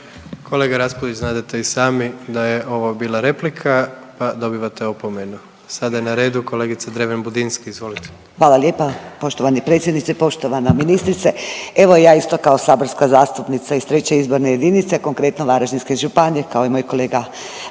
Kolega Raspudić, znadete i sami da je ovo bila replika pa dobivate opomenu. Sada je na redu kolegica Dreven Budinski, izvolite. **Dreven Budinski, Nadica (HDZ)** Hvala lijepa poštovani predsjedniče, poštovana ministrice. Evo ja isto kao saborska zastupnica iz 3. izborne jedinice, konkretno, Varaždinske županije, kao i moj kolega Damir